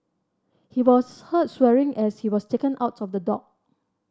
he was heard swearing as he was taken out of the dock